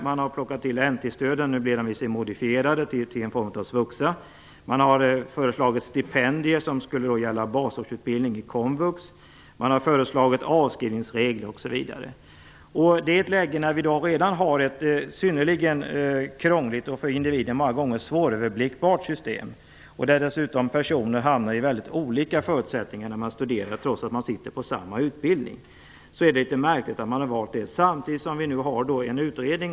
Man har plockat in NT-stöden, nu blir de visserligen modifierade till en form av SVUXA, man har föreslagit stipendier som skulle gälla basårsutbildning i komvux, man har föreslagit avskrivningsregler osv. Detta sker i ett läge när vi redan har ett synnerligen krångligt och för individen många gånger svåröverskådligt system. Personer hamnar dessutom i väldigt olika förutsättningar när de studerar trots att de sitter på samma utbildning. Det är litet märkligt att man har valt detta samtidigt som vi har en utredning.